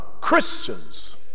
Christians